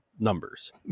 numbers